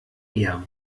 eher